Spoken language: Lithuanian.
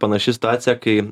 panaši situacija kai